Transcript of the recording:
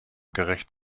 gerecht